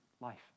life